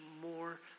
more